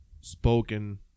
spoken